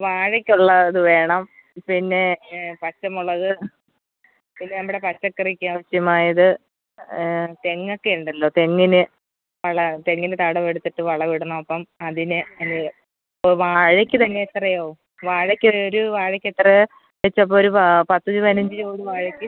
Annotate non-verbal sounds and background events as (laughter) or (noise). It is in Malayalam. വാഴയ്ക്കുള്ളത് വേണം പിന്നെ പച്ചമുളക് പിന്നെ നമ്മുടെ പച്ചക്കറിക്ക് ആവശ്യമായത് തെങ്ങൊക്കെ ഉണ്ടല്ലോ തെങ്ങിന് തെങ്ങിന് തടം എടുത്തിട്ട് വളം ഇടണം അപ്പം അതിന് വാഴയ്ക്ക് തന്നെ എത്രയാവും വാഴക്ക് ഒരു വാഴക്ക് എത്ര വെച്ചാ ഇപ്പോൾ ഒരു പത്ത് പതിനഞ്ച് (unintelligible) വാഴയ്ക്ക്